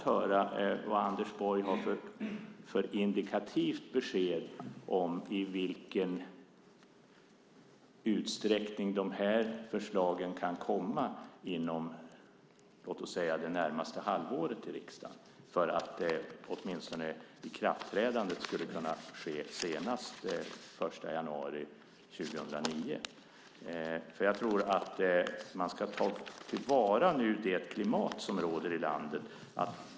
Har Anders Borg något indikativt besked om i vilken utsträckning dessa förslag kan komma till riksdagen inom det närmaste halvåret för att ikraftträdandet skulle kunna ske senast den 1 januari 2009? Jag tror nämligen att man ska ta till vara det klimat som råder i landet nu.